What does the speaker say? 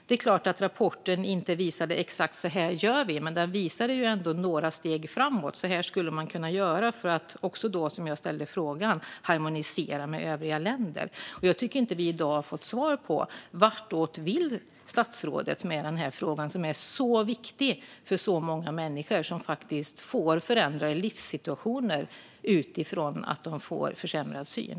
Det är klart att rapporten inte visade exakt hur vi ska göra, men den visade ändå några steg framåt hur man skulle kunna harmonisera med övriga länder, något som jag tog upp i min fråga. Jag tycker inte att vi i dag har fått svar på vartåt statsrådet vill med den här frågan som är så viktig för så många människor som faktiskt får en förändrad livssituation utifrån en försämrad syn.